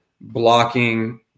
blocking